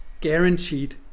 guaranteed